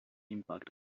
impact